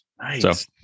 Nice